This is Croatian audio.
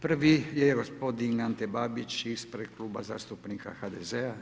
Prvi je gospodin Ante Babić ispred Kluba zastupnika HDZ-a.